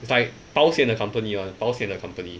it's like 保险的 company one 保险的 company